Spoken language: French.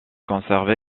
conserve